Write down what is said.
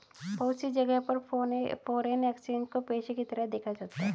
बहुत सी जगह पर फ़ोरेन एक्सचेंज को पेशे के तरह देखा जाता है